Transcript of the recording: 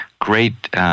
great